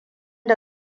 da